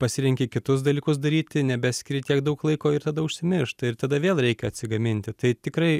pasirenki kitus dalykus daryti nebeskiri tiek daug laiko ir tada užsimiršta ir tada vėl reikia atsigaminti tai tikrai